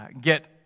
get